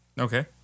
Okay